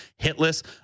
Hitless